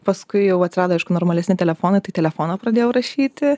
paskui jau atsirado aišku normalesni telefonai tai telefoną pradėjau rašyti